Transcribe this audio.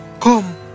Come